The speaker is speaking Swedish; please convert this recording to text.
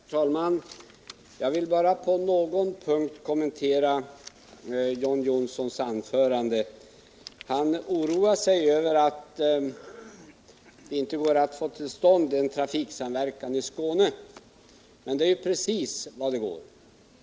Herr talman! Jag vill bara på någon punkt kommentera John Johnssons anförande. Han oroade sig över att det inte går att få till stånd en trafiksamverkan i Skåne, men det är precis vad det gör!